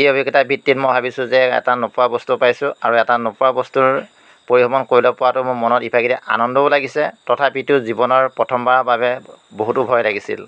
এই অভিজ্ঞতাৰ ভিত্তিত মই ভাবিছোঁ যে এটা নোপোৱা বস্তু পাইছোঁ আৰু এটা নোপোৱা বস্তুৰ পৰিভ্ৰমণ কৰিবলৈ পোৱাতো মোৰ মনত ইভাগেদি আনন্দও লাগিছে তথাপিতো জীৱনৰ প্ৰথমবাৰৰ বাবে বহুতো ভয় লাগিছিল